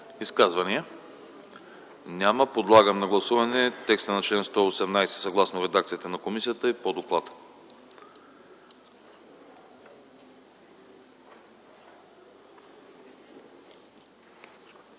изказвания? Няма. Подлагам на гласуване текста на чл. 123, съгласно редакцията на комисията по доклада.